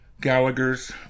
Gallagher's